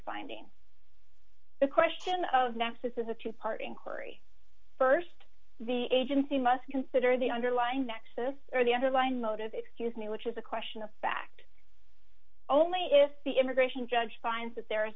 binding the question of nexus of the two party inquiry st the agency must consider the underlying nexus or the underlying motive excuse me which is a question of fact only if the immigration judge finds that there are